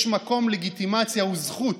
יש מקום, לגיטימציה וזכות